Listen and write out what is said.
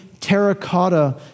terracotta